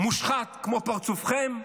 מושחת כמו פרצופכם,